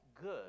good